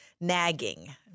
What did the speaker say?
nagging